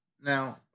Now